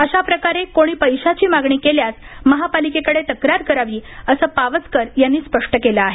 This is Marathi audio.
अशाप्रकारे कोणी पैशाची मागणी केल्यास महापालिकेकडे तक्रार करावी असं पावसकर यांनी स्पष्ट केले आहे